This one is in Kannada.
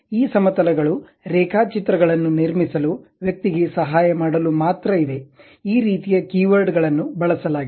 ಈ ಸಮತಲಗಳು ರೇಖಾಚಿತ್ರಗಳನ್ನು ನಿರ್ಮಿಸಲು ವ್ಯಕ್ತಿಗೆ ಸಹಾಯ ಮಾಡಲು ಮಾತ್ರ ಇವೆ ಈ ರೀತಿಯ ಕೀವರ್ಡ್ಗಳನ್ನು ಬಳಸಲಾಗಿದೆ